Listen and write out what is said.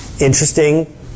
interesting